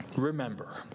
remember